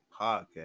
Podcast